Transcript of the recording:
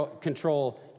control